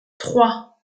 trois